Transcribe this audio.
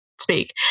speak